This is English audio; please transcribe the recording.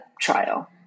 trial